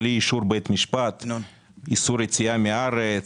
בלי אישור בית משפט איסור יציאה מהארץ,